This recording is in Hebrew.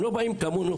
הם לא באים כמונו,